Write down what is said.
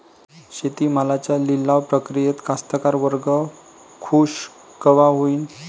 शेती मालाच्या लिलाव प्रक्रियेत कास्तकार वर्ग खूष कवा होईन?